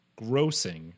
grossing